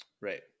right